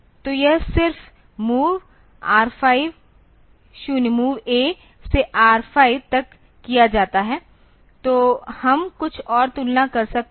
तो यह सिर्फ MOV R5 0 MOV A से R5 तक किया जाता है तो हम कुछ और तुलना कर सकते हैं